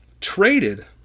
traded